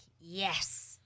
yes